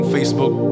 Facebook